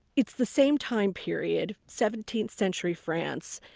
it's the same time period seventeenth century france.